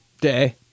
Day